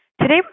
Today